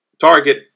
Target